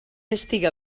estiga